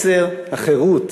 מסר החירות